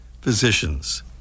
physicians